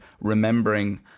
remembering